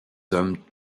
hommes